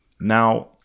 Now